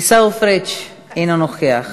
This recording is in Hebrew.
עיסאווי פריג' אינו נוכח,